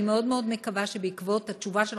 אני מאוד מאוד מקווה שבעקבות התשובה שלך,